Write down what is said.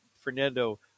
fernando